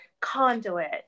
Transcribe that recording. conduit